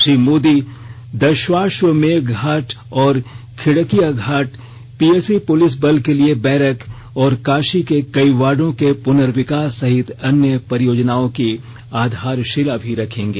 श्री मोदी दशाश्वमेध घाट और Khidkiya Ghat PAC police बल के लिए बैरक और काशी के कई वार्डो के पुनर्विकास सहित अन्य परियोजनाओं की आधारशिला भी रखेंगे